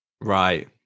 Right